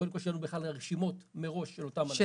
קודם כל שיהיה לנו בכלל רשימות מראש של אותם אנשים.